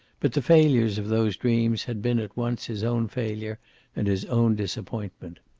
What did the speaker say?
but the failures of those dreams had been at once his own failure and his own disappointment.